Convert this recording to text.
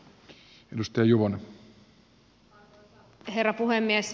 arvoisa herra puhemies